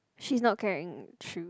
she is not carrying shoes